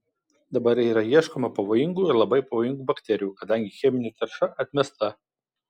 dabar yra ieškoma pavojingų ir labai pavojingų bakterijų kadangi cheminė tarša atmesta